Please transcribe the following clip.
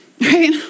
right